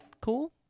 cool